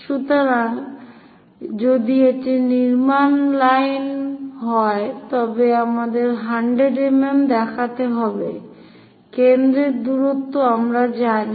সুতরাং যদি এটি নির্মাণ লাইন হয় তবে আমাদের 100 mm দেখাতে হবে কেন্দ্রের দূরত্ব আমরা জানি